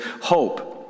hope